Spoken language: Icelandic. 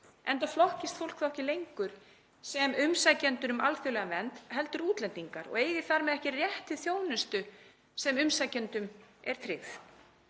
enda flokkist fólk þá ekki lengur sem umsækjendur um alþjóðlega vernd heldur útlendingar og eigi þar með ekki rétt til þjónustu sem umsækjendum er tryggð.